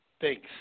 thanks